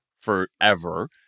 forever